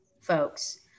folks